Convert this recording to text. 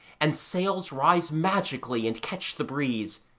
and sails rise magically and catch the breeze,